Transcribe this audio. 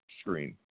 screen